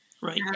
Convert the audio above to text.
Right